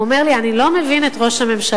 הוא אמר לי: אני לא מבין את ראש הממשלה,